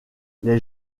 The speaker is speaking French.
les